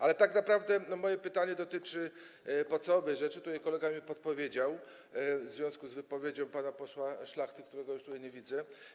Ale tak naprawdę moje pytanie dotyczy podstawowej rzeczy, którą kolega podpowiedział mi w związku z wypowiedzią pana posła Szlachty, którego już tutaj nie widzę.